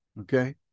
okay